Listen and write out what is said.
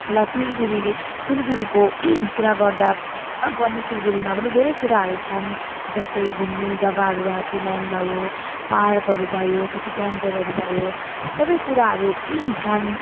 ल सिलगढीले सिलगढीको कुरा गर्दा पनि सिलगढीमा पनि धेरै कुराहरू छन् जस्तै घुम्ने जग्गाहरू हेप्पी ल्यान्ड भयो पार्कहरू भयो सिटी सेन्टरहरू भयो सबै कुराहरू छन्